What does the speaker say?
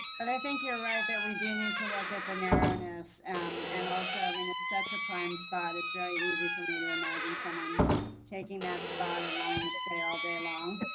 and thank you. you're right that we do need to look at the narrowness and and also i mean it's such a prime spot. it's very easy for me to imagine someone taking that spot and wanting to stay all day long.